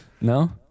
No